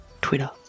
twitter